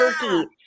turkey